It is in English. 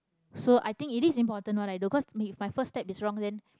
so i think it is important what i do 'cause if my first step is wrong then